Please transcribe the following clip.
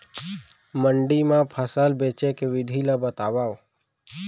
मंडी मा फसल बेचे के विधि ला बतावव?